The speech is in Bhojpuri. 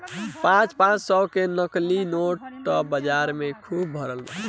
पाँच पाँच सौ के नकली नोट त बाजार में खुब भरल बा